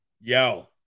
Yo